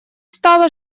стала